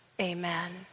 Amen